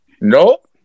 Nope